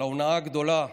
על ההונאה הגדולה,